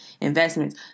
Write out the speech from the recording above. investments